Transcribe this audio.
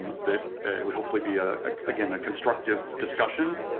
that it would hopefully be, ah again, a constructive discussion